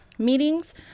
meetings